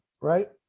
right